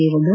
Revanna